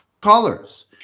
colors